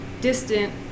distant